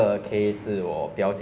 我不知道我没有问她